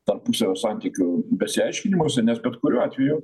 tarpusavio santykių besiaiškinimuose nes bet kuriuo atveju